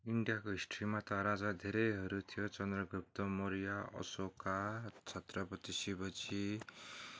इन्डियाको हिस्ट्रीमा त राजा धेरैहरू थियो चन्द्रगुप्त मौर्य अशोका छत्रपति शिवजी